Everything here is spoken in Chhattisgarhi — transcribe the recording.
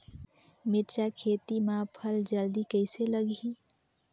मिरचा खेती मां फल जल्दी कइसे लगही?